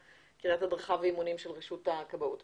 הדרכה ואימונים של רשות כבאות וההצלה.